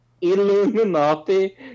Illuminati